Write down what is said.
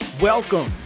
Welcome